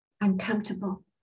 Uncomfortable